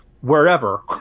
wherever